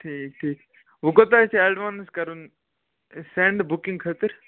ٹھیٖک ٹھیٖک وۅنۍ کوٗتاہ چھِ اٮ۪ڈوانَس کَرُن سٮ۪نٛڈ بُکِنٛگ خٲطر